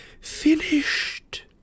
finished